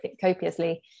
copiously